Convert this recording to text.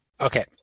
Okay